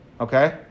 Okay